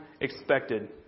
expected